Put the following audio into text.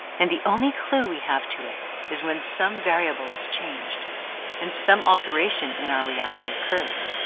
and the only clue we have to it is when some variable is changed and some alteration in our reality occurs,